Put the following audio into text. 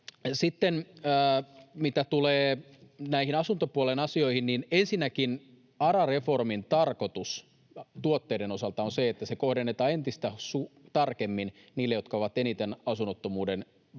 Sitten, mitä tulee näihin asuntopuolen asioihin, niin ensinnäkin ARA-reformin tarkoitus tuotteiden osalta on se, että ne kohdennetaan entistä tarkemmin niille, jotka ovat eniten asunnottomuuden riskin